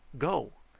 go!